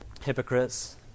hypocrites